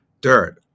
dirt